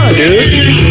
dude